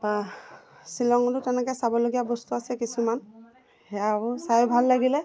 বা শ্বিলঙটো তেনেকৈ চাবলগীয়া বস্তু আছে কিছুমান সেয়া চাইও ভাল লাগিল